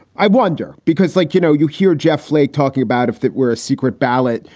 i wonder because like, you know, you hear jeff flake talking about if that were a secret ballot,